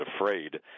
afraid